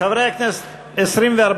משוחררים (תיקון,